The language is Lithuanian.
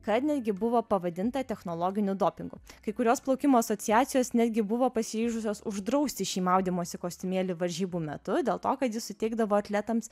kad netgi buvo pavadinta technologiniu dopingu kai kurios plaukimo asociacijos netgi buvo pasiryžusios uždrausti šį maudymosi kostiumėlį varžybų metu dėl to kad jis suteikdavo atletams